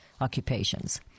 occupations